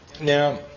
now